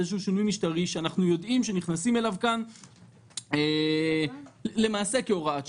איזה שינוי משטרי שאנחנו יודעים שנכנסים אליו כאן למעשה כהוראת שעה.